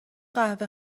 قهوه